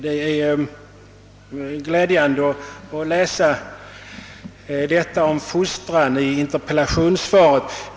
Det är glädjande att läsa uttalandet om fostran i interpellationssvaret.